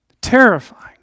Terrifying